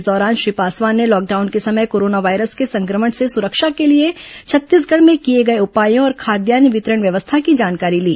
इस दौरान श्री पासवान ने लॉकडाउन के समय कोरोना वायरस के संक्रमण से सुरक्षा के लिए छत्तीसगढ़ में किए गए उपायों और खाद्यान्न वितरण व्यवस्था की जानकारी ली